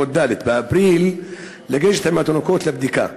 באפריל במחלקת יולדות ד' לגשת עם התינוקות לבדיקה.